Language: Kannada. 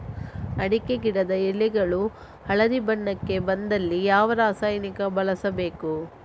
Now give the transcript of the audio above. ಅಡಿಕೆ ಗಿಡದ ಎಳೆಗಳು ಹಳದಿ ಬಣ್ಣಕ್ಕೆ ಬಂದಲ್ಲಿ ಯಾವ ರಾಸಾಯನಿಕ ಬಳಸಬೇಕು?